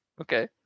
okay